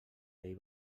ell